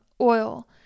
oil